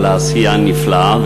מהעשייה הנפלאה,